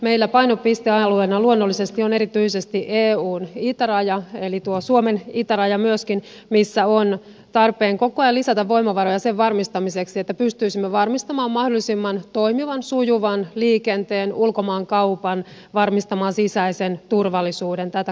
meillä painopistealueena luonnollisesti on erityisesti eun itäraja eli myöskin tuo suomen itäraja missä on tarpeen koko ajan lisätä voimavaroja sen varmistamiseksi että pystyisimme varmistamaan mahdollisimman toimivan sujuvan liikenteen ulkomaankaupan sisäisen turvallisuuden tätä kautta